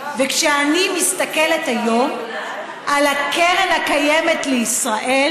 וכשאני מסתכלת היום על הקרן הקיימת לישראל,